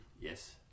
Yes